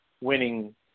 winning